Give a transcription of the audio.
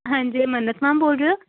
ਹਾਂਜੀ ਅ ਮੰਨਤ ਮੈਮ ਬੋਲ ਰਹੇ ਹੋ